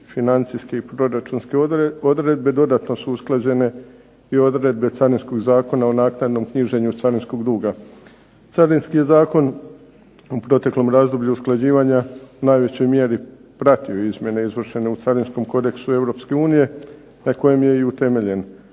Financijske i proračunske odredbe dodatno su usklađene i odredbe Carinskog zakona o naknadnom knjiženju carinskog duga. Carinski zakon u proteklom razdoblju usklađivanja u najvećoj mjeri pratio izmjene izvršene u carinskom kodeksu Europske unije na kojem je i utemeljen.